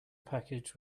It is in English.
package